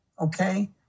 okay